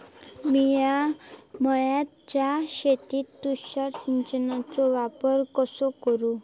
मिया माळ्याच्या शेतीत तुषार सिंचनचो वापर कसो करू?